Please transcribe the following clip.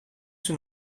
zijn